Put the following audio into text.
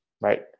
right